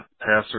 passer